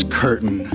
curtain